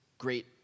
great